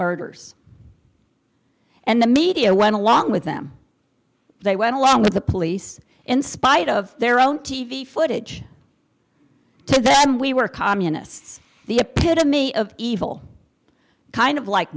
murders and the media went along with them they went along with the police in spite of their own t v footage to we were communists the epitome of evil kind of like